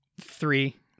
three